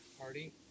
party